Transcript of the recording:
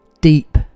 deep